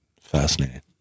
Fascinating